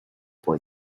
boy